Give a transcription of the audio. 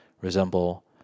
resemble